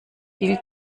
viel